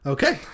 Okay